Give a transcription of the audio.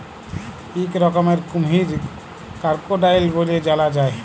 ইক রকমের কুমহির করকোডাইল ব্যলে জালা যায়